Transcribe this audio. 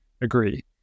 agree